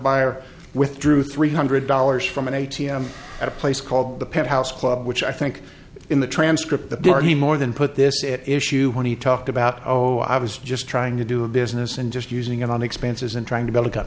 buyer withdrew three hundred dollars from an a t m at a place called the penthouse club which i think in the transcript the he more than put this in issue when he talked about oh i was just trying to do a business and just using it on expenses and trying to build